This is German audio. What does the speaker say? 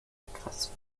etwas